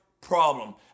problem